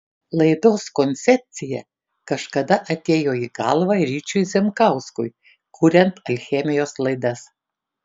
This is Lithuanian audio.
laidos koncepcija kažkada atėjo į galvą ryčiui zemkauskui kuriant alchemijos laidas